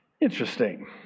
Interesting